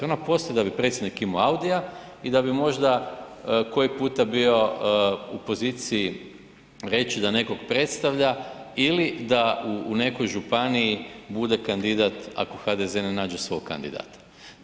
Ona postoji da bi predsjednik imao Audija i da bi možda koji puta bio u poziciji reći da nekog predstavlja ili da u nekoj županiji bude kandidat ako HDZ ne nađe svog kandidata.